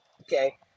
okay